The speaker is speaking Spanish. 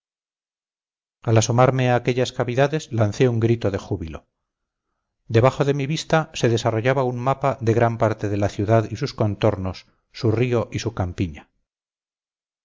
al asomarme a aquellas cavidades lancé un grito de júbilo debajo de mi vista se desarrollaba un mapa de gran parte de la ciudad y sus contornos su río y su campiña